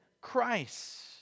Christ